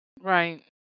Right